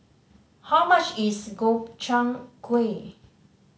how much is Gobchang Gui